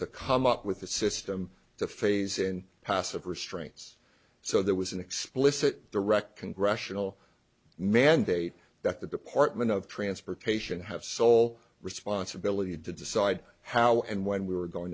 to come up with a system to phase in passive restraints so there was an explicit direct congressional mandate that the department of transportation have sole responsibility to decide how and when we were going